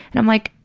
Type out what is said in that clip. and i'm like,